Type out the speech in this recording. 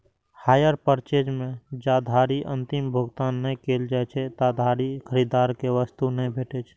hire purchase मे जाधरि अंतिम भुगतान नहि कैल जाइ छै, ताधरि खरीदार कें वस्तु नहि भेटै छै